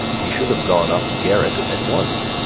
he should have gone up garret at once.